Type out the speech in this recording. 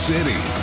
City